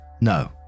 No